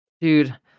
Dude